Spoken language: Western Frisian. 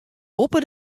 boppe